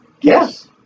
Yes